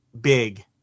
big